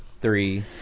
three